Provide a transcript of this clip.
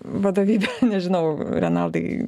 vadovybė nežinau renaldai